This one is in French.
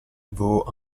vaut